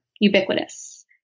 ubiquitous